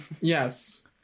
Yes